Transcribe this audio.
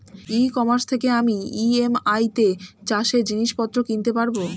ই commerce থেকে আমি EMI তে চাষে জিনিসপত্র কিনতে পারব?